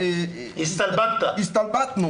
שהסתלבטנו.